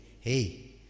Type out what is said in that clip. hey